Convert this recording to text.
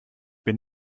bin